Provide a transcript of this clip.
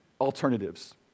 alternatives